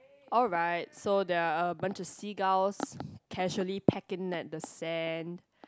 alright so they are a bunch of seagulls casually pack in at the sand